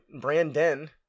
Brandon